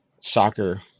soccer